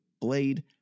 Blade